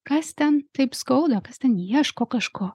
kas ten taip skauda kas ten ieško kažko